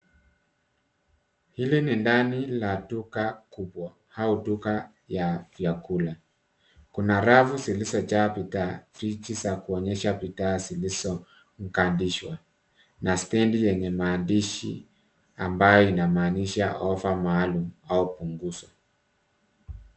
Hili ni ndani la duka kubwa au duka ya vyakula. Kuna rafu zilizojaa bidhaa .Fridgi za kuonyesha bidhaa zilizokandishwa na stendi yenye maandishi ambayo inamaanisha offer maalum au punguzo.